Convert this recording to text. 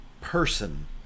person